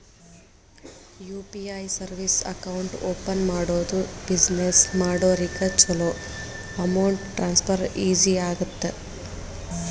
UPI service account open ಮಾಡೋದು business ಮಾಡೋರಿಗ ಚೊಲೋ ಅಮೌಂಟ್ ಟ್ರಾನ್ಸ್ಫರ್ ಈಜಿ ಆಗತ್ತ